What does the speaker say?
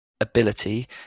ability